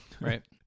Right